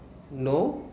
no